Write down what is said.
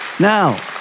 Now